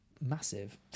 massive